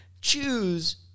choose